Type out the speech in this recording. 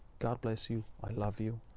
god bless you. i love you,